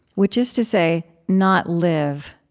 which is to say, not live,